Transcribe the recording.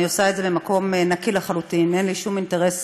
אני עושה את זה ממקום נקי לחלוטין אין לי שום אינטרסים,